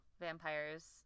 vampires